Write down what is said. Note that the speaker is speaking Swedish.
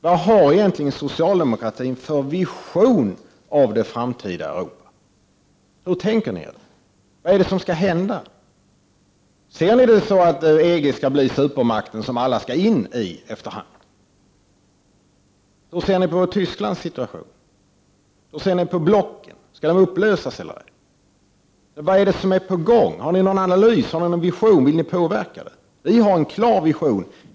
Vad har egentligen socialdemokratin för vision av det framtida Europa? Hur tänker ni er det? Vad är det som skall hända? Ser ni saken på så sätt att EG skall bli supermakten som alla skall in i efter hand? Hur ser ni på Tysklands situation? Hur ser ni på blocken — skall de upplösas eller ej? Vad är det som är på gång? Har ni någon analys? Har ni någon vision? Vill ni påverka utvecklingen? Vi har en klar vision.